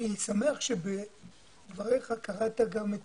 אני שמח שבדבריך קראת גם את